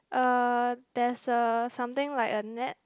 uh there's a something like a net